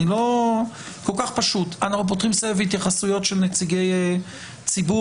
אנחנו פותחים סבב התייחסויות של נציגי ציבור